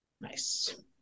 Nice